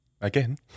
again